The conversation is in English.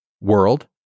World